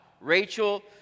Rachel